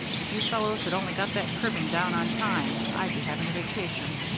if you fellows had only got that cribbing down on time, i'd be having a vacation